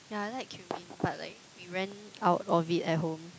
yeah I like cumin but like we ran out of it at home